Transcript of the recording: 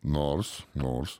nors nors